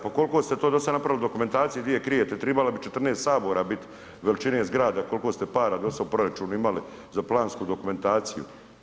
Pa koliko ste to do sada napravili dokumentacije i gdje je krijete, pa trebala bi 14 Sabora biti veličine zgrada koliko ste para do sada u proračunu imali za plansku dokumentaciju.